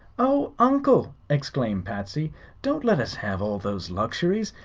oh, uncle! exclaimed patsy don't let us have all those luxuries.